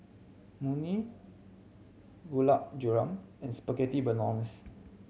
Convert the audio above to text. Imoni Gulab Jamun and Spaghetti Bolognese